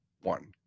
one